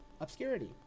obscurity